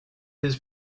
his